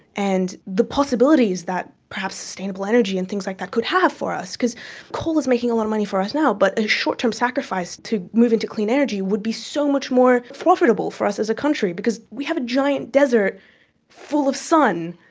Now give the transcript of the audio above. and the possibilities that perhaps sustainable energy and things like that could have for us. because coal is making a lot of money for us now, but a short-term sacrifice to move into clean energy would be so much more profitable for us as a country because we have a giant desert full of sun,